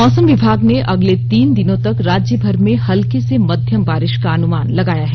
मौसम विभाग ने अगले तीन दिनों तक राज्यभर में हल्के से मध्यम बारिष का अनुमान लगाया है